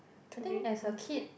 I think as a kid